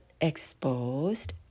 exposed